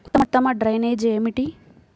ఉత్తమ డ్రైనేజ్ ఏమిటి?